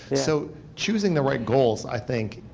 so choosing the right goals, i think,